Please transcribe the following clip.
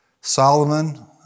Solomon